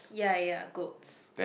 ya ya goats